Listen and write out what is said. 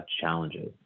challenges